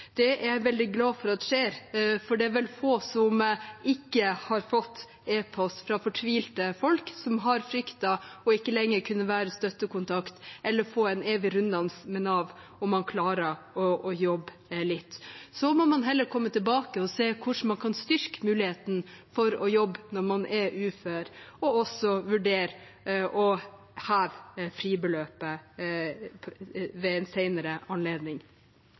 er veldig glad for at det skjer, for det er vel få som ikke har fått e-post fra fortvilte folk som har fryktet ikke å kunne være støttekontakt lenger eller å få en evig runddans med Nav om man klarer å jobbe litt. Så må man heller komme tilbake og se på hvordan man kan styrke muligheten for å jobbe når man er ufør, og også vurdere å heve fribeløpet ved en senere anledning.